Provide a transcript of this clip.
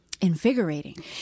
invigorating